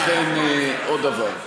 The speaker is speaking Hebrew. עכשיו אני אומר לכן עוד דבר.